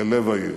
אל לב העיר.